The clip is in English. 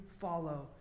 follow